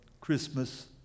Christmas